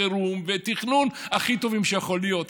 חירום ותכנון הכי טובים שיכולים להיות.